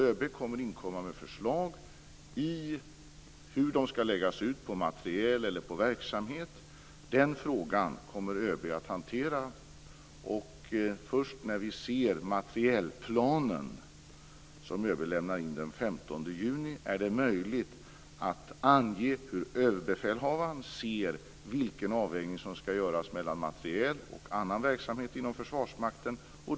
ÖB kommer att inkomma med förslag i hur de skall läggas ut på materiel eller verksamhet. Den frågan kommer ÖB att hantera. Först när vi ser materielplanen, som ÖB skall lämna in den 15 juni, är det möjligt att ange hur överbefälhavaren ser på vilken avvägning som skall göras mellan materiel och annan verksamhet inom Försvarsmakten.